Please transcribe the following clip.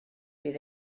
bydd